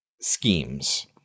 schemes